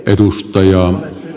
zyskowicz